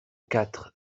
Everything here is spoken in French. quatre